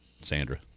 Sandra